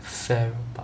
farrer park